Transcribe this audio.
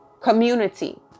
community